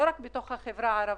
לא רק בתוך החברה הערבית,